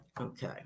Okay